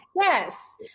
Yes